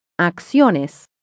Acciones